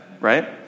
right